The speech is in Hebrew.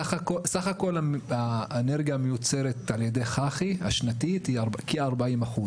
סך כל האנרגיה השנתית המיוצרת על ידי חח"י היא כ-40%.